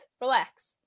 relax